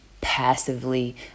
passively